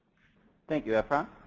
thank you efrain.